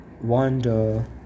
wonder